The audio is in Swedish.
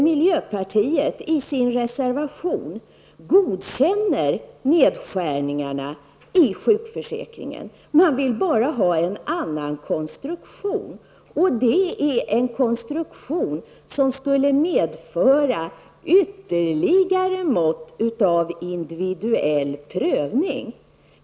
Miljöpartiet godkänner nedskärningar av sjukförsäkringen i sin reservation. De vill bara ha en annan konstruktion. Denna konstruktion skulle medföra ytterligare mått av individuell prövning.